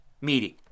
meeting